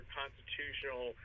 constitutional